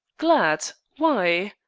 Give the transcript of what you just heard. glad! why?